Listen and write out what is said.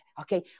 okay